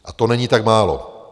A to není tak málo.